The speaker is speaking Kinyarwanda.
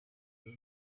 biba